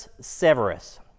Severus